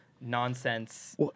nonsense